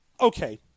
Okay